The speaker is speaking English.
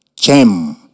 gem